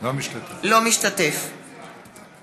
אינו משתתף בהצבעה